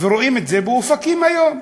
ורואים את זה באופקים היום.